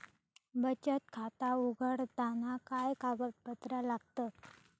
बचत खाता उघडताना काय कागदपत्रा लागतत?